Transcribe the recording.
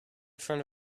front